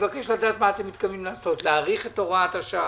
מבקש לדעת מה אתם מתכוונים לעשות להאריך את הוראת השעה?